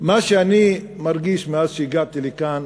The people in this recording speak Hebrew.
מה שאני מרגיש מאז שהגעתי לכאן,